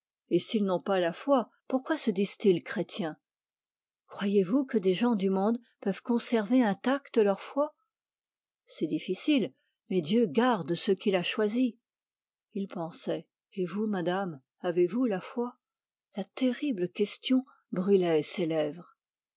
et s'ils n'ont pas la foi pourquoi se disent-ils chrétiens croyez-vous que des gens du monde puissent conserver intacte leur foi c'est difficile mais dieu garde ceux qu'il a choisis il pensait et vous madame avez-vous la foi la terrible question brûlait ses lèvres